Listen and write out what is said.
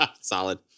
Solid